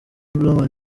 blauman